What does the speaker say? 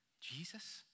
Jesus